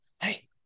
Hey